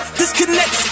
disconnect